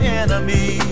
enemy